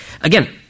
again